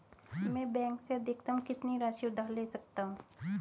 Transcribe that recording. मैं बैंक से अधिकतम कितनी राशि उधार ले सकता हूँ?